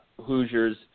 Hoosiers